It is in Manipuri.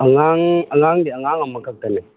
ꯑꯉꯥꯡ ꯑꯉꯥꯡꯗꯤ ꯑꯉꯥꯡ ꯑꯃꯈꯛꯇꯅꯤ